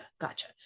Gotcha